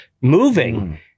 moving